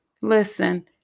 Listen